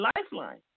lifeline